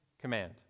command